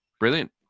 Brilliant